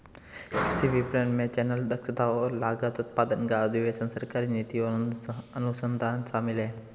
कृषि विपणन में चैनल, दक्षता और लागत, उत्पादक का अधिशेष, सरकारी नीति और अनुसंधान शामिल हैं